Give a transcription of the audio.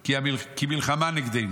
כי מלחמה נגדנו.